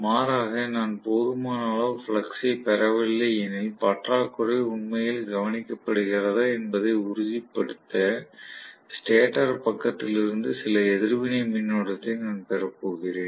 மாறாக நான் போதுமான அளவு ஃப்ளக்ஸ் ஐ பெறவில்லை எனில் பற்றாக்குறை உண்மையில் கவனிக்கப்படுகிறதா என்பதை உறுதிப்படுத்த ஸ்டேட்டர் பக்கத்திலிருந்து சில எதிர்வினை மின்னோட்டத்தை நான் பெறப்போகிறேன்